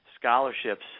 scholarships